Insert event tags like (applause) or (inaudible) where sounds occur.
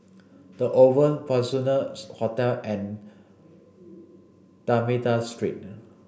The Oval Peninsula (unintelligible) Hotel and D'almeida Street